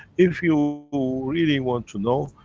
if you really want to know,